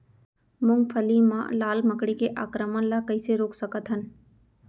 मूंगफली मा लाल मकड़ी के आक्रमण ला कइसे रोक सकत हन?